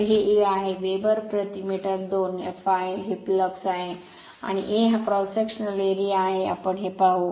तर हे a आहे वेबर प्रति मीटर 2 fl हे फ्लक्स आहे आणि a हा क्रॉस सेक्शनल एरिया आहे आपण हे पाहू